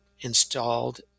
installed